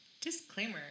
Disclaimer